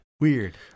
Weird